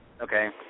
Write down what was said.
Okay